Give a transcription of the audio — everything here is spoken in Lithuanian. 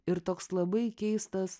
ir toks labai keistas